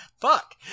Fuck